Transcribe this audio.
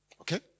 Okay